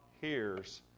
hears